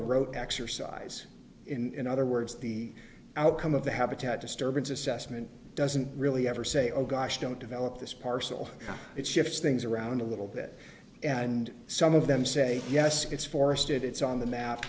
a rote exercise in other words the outcome of the habitat disturbance assessment doesn't really ever say oh gosh don't develop this parcel it shifts things around a little bit and some of them say yes it's forested it's on the map